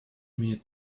имеет